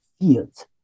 fields